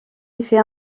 effet